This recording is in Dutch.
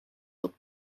tot